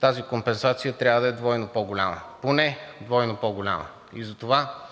тази компенсация трябва да е двойно по-голяма, поне двойно по-голяма. Затова